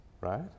right